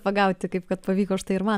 pagauti kaip kad pavyko štai ir man